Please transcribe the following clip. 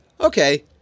okay